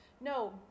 No